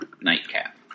nightcap